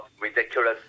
ridiculous